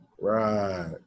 Right